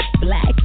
Black